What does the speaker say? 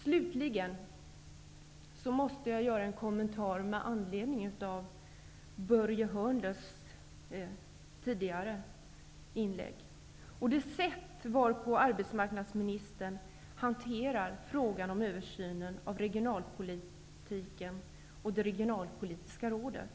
Slutligen måste jag göra en kommentar med anledning av Börje Hörnlunds tidigare inlägg och det sätt varpå arbetsmarknadsministern hanterar frågan om översynen av regionalpolitiken och det regionalpolitiska rådet.